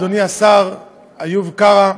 אדוני השר איוב קרא.